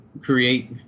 create